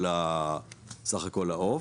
העוף.